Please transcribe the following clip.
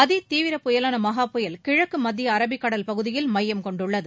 அதிதீவிர புயலான மஹா புயல் கிழக்கு மத்திய அரபிக் கடல் பகுதியில் மையம் கொண்டுள்ளது